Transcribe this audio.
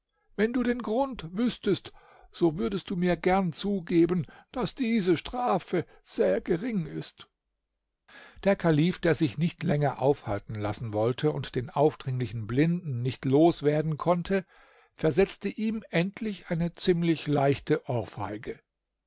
wenn du den grund wüßtest so würdest du mir gern zugeben daß diese strafe sehr gering ist der kalif der sich nicht länger aufhalten lassen wollte und den aufdringlichen blinden nicht los werden konnte versetzte ihm endlich eine ziemlich leichte ohrfeige